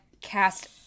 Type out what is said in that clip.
cast